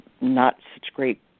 not-such-great